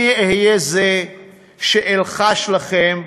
אני אהיה זה שילחש לכם,